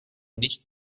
nicht